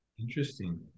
Interesting